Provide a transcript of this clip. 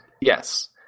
Yes